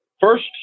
first